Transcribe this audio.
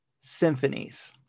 symphonies